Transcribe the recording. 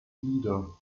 nieder